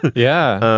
yeah.